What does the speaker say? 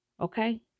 okay